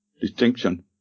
distinction